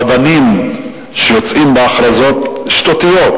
רבנים שיוצאים בהכרזות שטותיות,